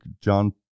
John